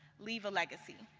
leave a legacy.